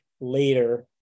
later